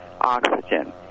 oxygen